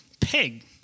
Pig